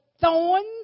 thorns